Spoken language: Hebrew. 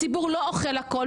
הציבור לא אוכל הכול.